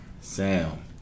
Sam